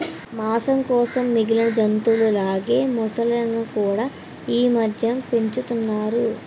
మాంసం కోసం మిగిలిన జంతువుల లాగే మొసళ్ళును కూడా ఈమధ్య పెంచుతున్నారు